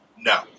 No